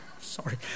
sorry